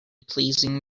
pleasing